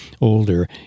older